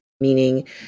Meaning